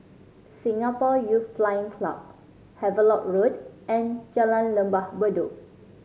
Singapore Youth Flying Club Havelock Road and Jalan Lembah Bedok